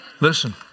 Listen